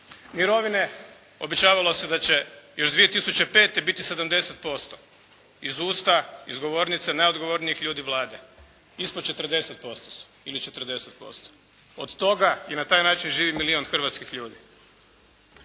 Mirovine. Obećavalo se da će još 2005. biti 70% iz usta iz govornice najodgovornijih ljudi Vlade. Ispo 40% su ili 40%. Od toga i na taj način živi milijon hrvatskih ljudi.